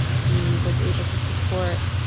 he was able to support